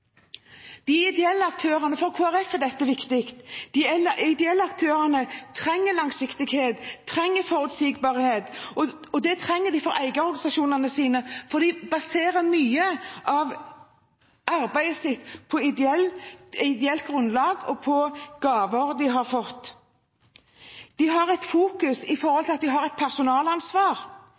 For Kristelig Folkeparti er dette viktig. De ideelle aktørene trenger langsiktighet og forutsigbarhet. Det trenger de for eierorganisasjonene sine, for de baserer mye av arbeidet sitt på ideelt grunnlag og gaver de har fått. De fokuserer på personalansvaret de har, de har et ansvar når de skal bygge nye bygg, og de har